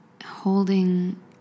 holding